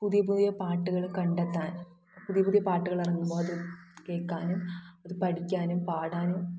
പുതിയ പുതിയ പാട്ട്കൾ കണ്ടെത്താന് പുതിയ പുതിയ പാട്ടുകളിറങ്ങുമ്പോൾ അത് കേൾക്കാനും അത് പഠിക്കാനും പാടാനും